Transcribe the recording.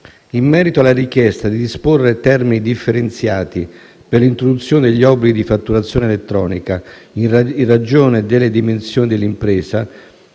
In merito alla richiesta di disporre termini differenziati per l'introduzione degli obblighi di fatturazione elettronica in ragione delle dimensioni dell'impresa,